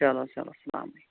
چلو چلو سلام